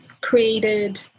created